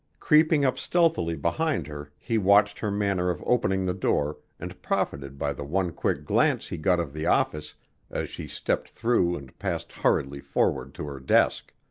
creeping up stealthily behind her he watched her manner of opening the door and profited by the one quick glance he got of the office as she stepped through and passed hurriedly forward to her desk.